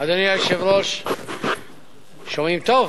שומעים טוב?